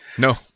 No